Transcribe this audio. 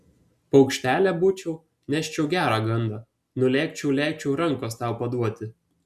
paukštelė būčiau neščiau gerą gandą nulėkčiau lėkčiau rankos tau paduoti